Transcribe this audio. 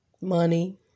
money